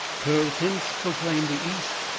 pearl tints proclaimed the east,